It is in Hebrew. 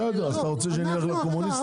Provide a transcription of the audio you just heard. בסדר, אז אתה רוצה שנלך לקומוניסטים?